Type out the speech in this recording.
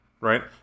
right